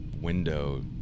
window